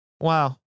Wow